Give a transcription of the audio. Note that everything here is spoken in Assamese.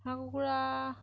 হাঁহ কুকুৰা